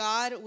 God